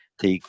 thì